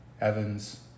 Evans